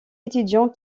étudiants